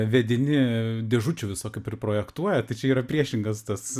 vedini dėžučių visokių priprojektuoja tai čia yra priešingas tas